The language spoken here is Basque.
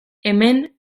hemen